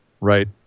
right